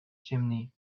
chimney